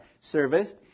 serviced